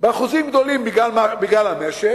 באחוזים גדולים בגלל המשק,